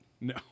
No